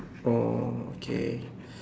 oh okay